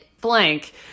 blank